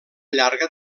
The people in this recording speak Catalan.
llarga